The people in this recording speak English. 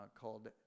called